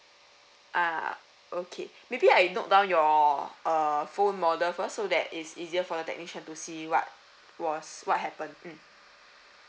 uh okay maybe I note down your uh phone model first so that it's easier for the technician to see what was what happen mm